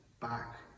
back